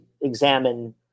examine